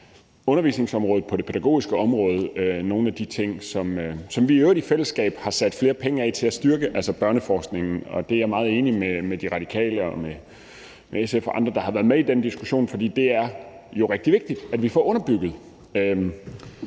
undervisningsområdet, på det pædagogiske område, nogle af de ting, som vi i øvrigt i fællesskab har sat flere penge af til at styrke, altså børneforskning. Jeg er meget enig med De Radikale og SF og andre, der har været med i den diskussion, for det er jo rigtig vigtigt, at vi får underbygget